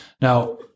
Now